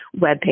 webpage